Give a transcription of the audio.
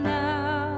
now